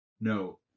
No